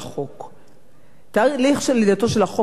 תהליך של לידתו של החוק היה לפני שלוש שנים,